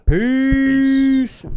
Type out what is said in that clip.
Peace